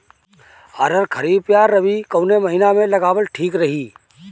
अरहर खरीफ या रबी कवने महीना में लगावल ठीक रही?